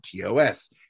TOS